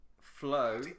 Flow